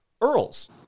Earl's